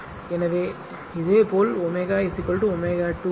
எனவே இதேபோல் ω ω2 இல்